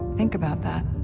think about that.